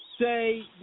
say